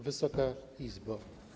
Wysoka Izbo!